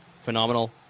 phenomenal